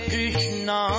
Krishna